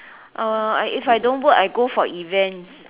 uh if I don't work I go for events